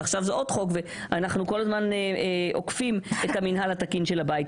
עוד משפט ושתי שאלות.